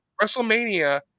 WrestleMania